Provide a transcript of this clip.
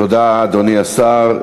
תודה, אדוני השר.